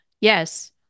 Yes